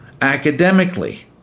academically